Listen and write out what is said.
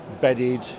bedded